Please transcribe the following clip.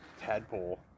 tadpole